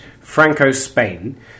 Franco-Spain